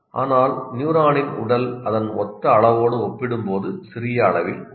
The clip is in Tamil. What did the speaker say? ஆனால் நியூரானின் உடல் அதன் மொத்த அளவோடு ஒப்பிடும்போது சிறிய அளவில் உள்ளது